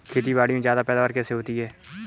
खेतीबाड़ी में ज्यादा पैदावार कैसे होती है?